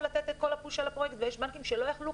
לתת את כל הפוש על הפרויקט ויש בנקים שלא יכלו,